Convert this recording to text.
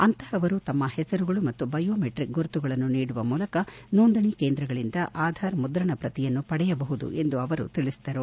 ಅಂತಹವರು ತಮ್ಮ ಹೆಸರುಗಳು ಮತ್ತು ಬಯೋಮೆಟ್ರಿಕ್ ಗುರುತುಗಳನ್ನು ನೀಡುವ ಮೂಲಕ ನೋಂದಣೆ ಕೇಂದ್ರಗಳಂದ ಆಧಾರ್ ಮುದ್ರಣ ಪ್ರತಿಯನ್ನು ಪಡೆಯಬಹುದು ಎಂದು ಅವರು ತಿಳಿಸಿದರು